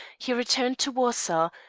he returned to warsaw,